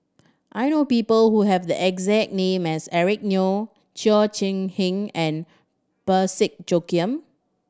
I know people who have the exact name as Eric Neo Cheo Chai Hiang and Parsick Joaquim